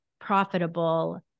profitable